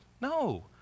No